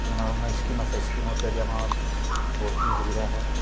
নানা ধৰণৰ স্কীম আছে স্কীমৰ থ্ৰোৱেদি আমাৰ বহুতখিনি সুবিধা হয়